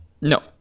No